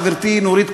חברתי נורית קורן,